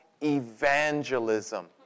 evangelism